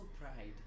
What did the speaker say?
pride